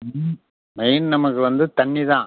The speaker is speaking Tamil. ம் ம் மெயின் நமக்கு வந்து தண்ணி தான்